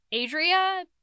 Adria